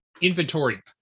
inventory